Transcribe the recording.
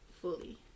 fully